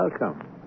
Welcome